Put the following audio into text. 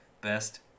Best